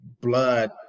Blood